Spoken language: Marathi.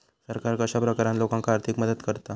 सरकार कश्या प्रकारान लोकांक आर्थिक मदत करता?